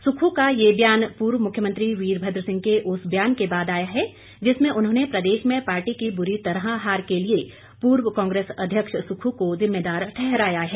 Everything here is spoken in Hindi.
सुक्खू का ये बयान पूर्व मुख्यमंत्री वीरभद्र सिंह के उस बयान के बाद आया है जिसमें उन्होंने प्रदेश में पार्टी की बुरी तरह हार के लिए पूर्व कांग्रेस अध्यक्ष सुक्खू को जिम्मेदार ठहराया है